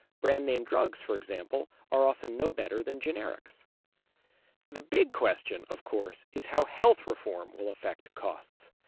brand name drugs, for example, are often no better than generics the big question, of course, is how health reform will affect costs.